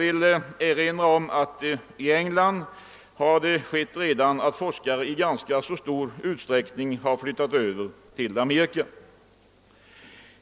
I England har det redan förekommit i stor utsträckning att forskare har flyttat över till Amerika.